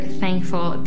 thankful